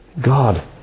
God